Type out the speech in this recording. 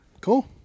cool